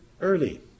early